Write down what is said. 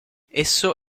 esso